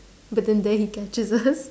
but then there he catches us